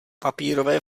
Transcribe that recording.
papírové